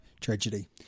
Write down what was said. tragedy